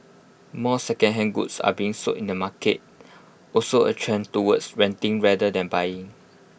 more secondhand goods are being sold in the market also A trend towards renting rather than buying